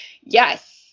yes